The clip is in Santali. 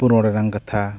ᱯᱩᱨᱚᱱ ᱨᱮᱱᱟᱝ ᱠᱟᱛᱷᱟ